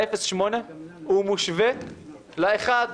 ה-0.8 מושווה ל-1,